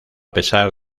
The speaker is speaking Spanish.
pesar